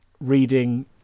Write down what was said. reading